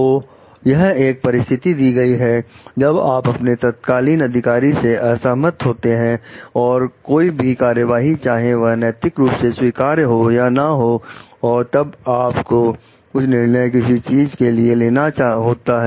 तो यह एक परिस्थिति दी गई है जब आप अपने तत्कालिक अधिकारी से असहमत होते हैं और कोई भी कार्यवाही चाहे वह नैतिक रूप से स्वीकार्य हो या ना हो और तब आप को कुछ निर्णय किसी चीज के लिए लेना होता है